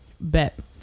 Bet